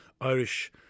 Irish